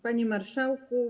Panie Marszałku!